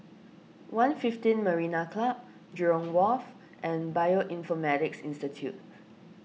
one fifteen Marina Club Jurong Wharf and Bioinformatics Institute